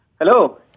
Hello